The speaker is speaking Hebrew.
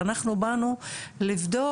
שאנחנו באנו לבדוק,